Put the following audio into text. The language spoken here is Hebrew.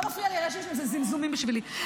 לא מפריעים לי הרעשים שם, זה זמזומים בשבילי.